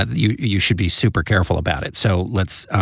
ah you you should be super careful about it. so let's.